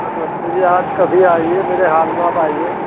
हाँ नमस्ते जी आप कभी आइए मेरे हाल में आप आइए